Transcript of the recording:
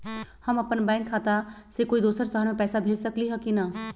हम अपन बैंक खाता से कोई दोसर शहर में पैसा भेज सकली ह की न?